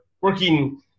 working